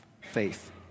faith